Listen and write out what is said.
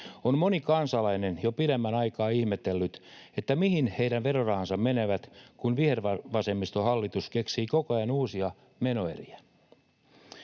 on moni kansalainen jo pidemmän aikaa ihmetellyt, mihin heidän verorahansa menevät, kun vihervasemmistohallitus keksii koko ajan uusia menoeriä.